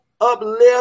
uplift